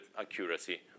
accuracy